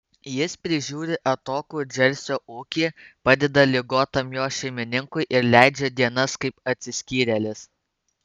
jis prižiūri atokų džersio ūkį padeda ligotam jo šeimininkui ir leidžia dienas kaip atsiskyrėlis